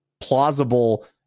plausible